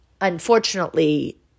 unfortunately